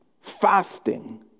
fasting